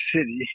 City